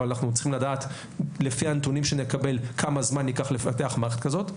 אבל אנחנו צריכים לדעת לפי הנתונים שנקבל כמה זמן יקח לפתח מערכת כזאת.